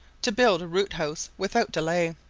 to build a root house without delay,